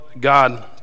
God